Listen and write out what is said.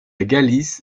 galice